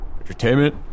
Entertainment